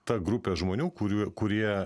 ta grupė žmonių kurių kurie